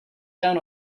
down